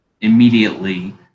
immediately